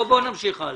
בואו נמשיך הלאה.